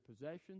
possessions